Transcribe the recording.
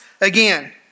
again